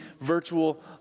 virtual